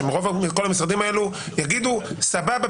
שמרב המשרדים הללו יגידו: סבבה,